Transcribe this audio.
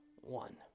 one